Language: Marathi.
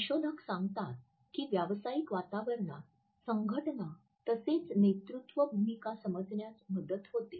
संशोधक सांगतात की व्यावसायिक वातावरणात संघटना तसेच नेतृत्व भूमिका समजण्यास मदत होते